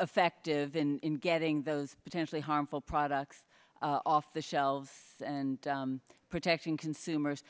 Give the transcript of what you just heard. effective in getting those potentially harmful products off the shelves and protecting consumers